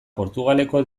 portugaleko